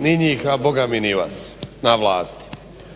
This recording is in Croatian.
ni njih a ni boga ni vas na vlasti.